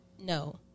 No